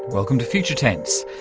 welcome to future tense,